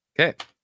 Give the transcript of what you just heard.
Okay